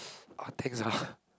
all takes ah